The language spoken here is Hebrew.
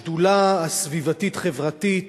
השדולה הסביבתית-חברתית,